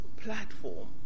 platform